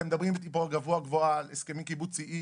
אתם מדברים איתי פה גבוהה-גבוהה על הסכמים קיבוציים.